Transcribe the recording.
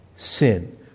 Sin